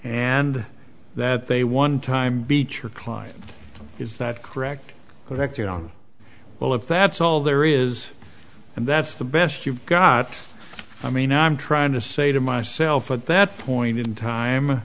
and that they one time beach your client is that correct correct on well if that's all there is and that's the best you've got i mean i'm trying to say to myself at that point in time